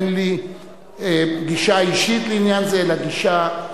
אין לי גישה אישית לעניין זה אלא גישה,